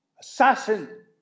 Assassin